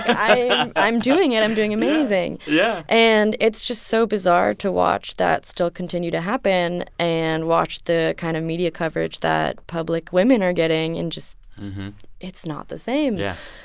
i'm i'm doing it. i'm doing amazing yeah. yeah and it's just so bizarre to watch that still continue to happen and watch the kind of media coverage that public women are getting. and just it's not the same yeah.